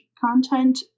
Content